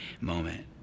moment